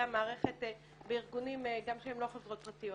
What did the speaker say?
המערכת בארגונים גם שהם לא חברות פרטיות.